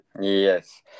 Yes